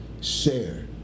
share